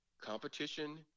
Competition